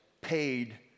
paid